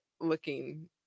looking